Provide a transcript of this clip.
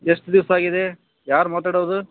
ಎಷ್ಟು ದಿವಸ ಆಗಿದೆ ಯಾರು ಮಾತಾಡೋದು